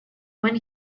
when